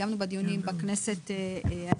קיימנו בה דיונים בכנסת ה-24,